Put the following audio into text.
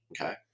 Okay